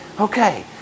Okay